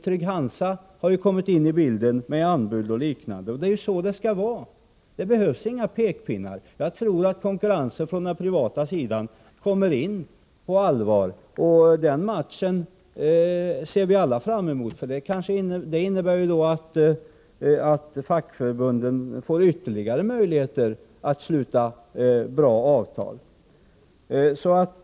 Trygg-Hansa har kommit in i bilden med anbud, och det är så det skall vara. Det behövs inga pekpinnar. Jag tror att den privata sidan kommer att erbjuda konkurrens på allvar, och den matchen ser vi alla fram emot. Det innebär att fackförbunden får ytterligare möjligheter att sluta bra avtal.